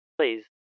Please